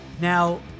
Now